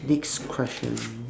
next question